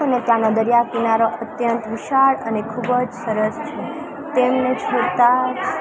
અને ત્યાંનો દરિયાકિનારો અત્યંત વિશાળ અને ખૂબ જ સરસ છે તેમને જોતા જ